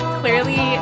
clearly